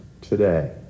today